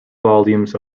volumes